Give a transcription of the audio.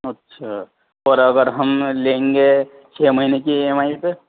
اچھا اور اگر ہم لیں گے چھ مہینے کی ای ایم آئی پہ